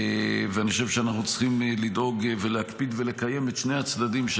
אני חושב שאנחנו צריכים לדאוג להקפיד ולקיים את שני הצדדים של